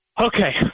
Okay